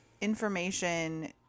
Information